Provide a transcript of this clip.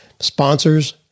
sponsors